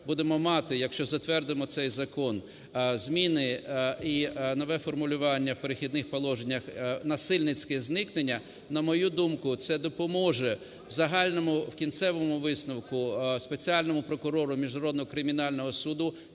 будемо мати, якщо затвердимо цей закон, зміни і нове формулювання в "Перехідних положеннях" "насильницьке зникнення", на мою думку, це допоможе в загальному, в кінцевому висновку спеціальному прокурору Міжнародного кримінального суду